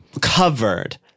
covered